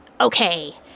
Okay